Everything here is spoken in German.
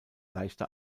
leichter